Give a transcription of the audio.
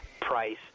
Price